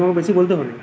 ত বেশি বলতে হবে